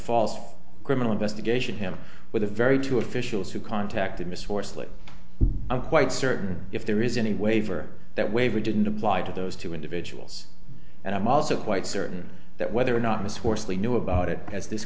false criminal investigation him with a very to officials who contacted mr horsley i'm quite certain if there is any waiver that waiver didn't apply to those two individuals and i'm also quite certain that whether or not mr horsley knew about it as this